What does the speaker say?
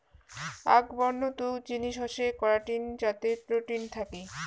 আক বন্য তুক জিনিস হসে করাটিন যাতে প্রোটিন থাকি